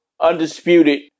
undisputed